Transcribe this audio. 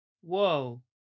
Whoa